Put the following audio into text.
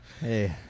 Hey